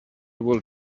will